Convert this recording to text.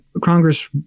congress